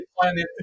Planet